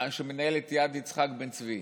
שמנהל את יד יצחק בן צבי.